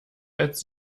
als